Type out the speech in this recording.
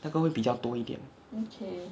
那个会比较多一点